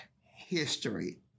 history